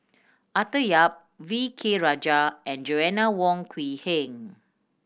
Arthur Yap V K Rajah and Joanna Wong Quee Heng